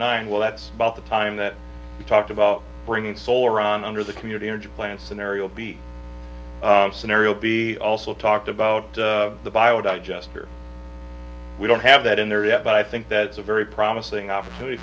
nine well that's about the time that we talked about bringing solar on under the community energy plan scenario b scenario b also talked about the bio digester we don't have that in there yet but i think that's a very promising opportunity